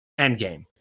endgame